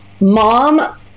mom